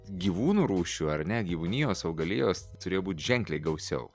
gyvūnų rūšių ar ne gyvūnijos augalijos turėjo būt ženkliai gausiau